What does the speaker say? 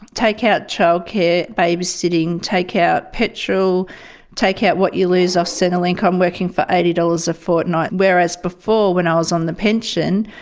take out childcare, babysitting, take out petrol, take out what you lose off centrelink, i'm working for eighty dollars a fortnight, whereas before when i was on the pension,